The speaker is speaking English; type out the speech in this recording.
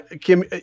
Kim